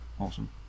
Awesome